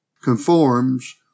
conforms